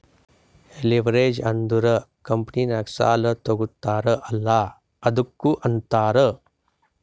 leverage ಅಂದುರ್ ಕಂಪನಿನಾಗ್ ಸಾಲಾ ತಗೋತಾರ್ ಅಲ್ಲಾ ಅದ್ದುಕ ಅಂತಾರ್